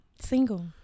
Single